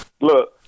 look